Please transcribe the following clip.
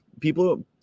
People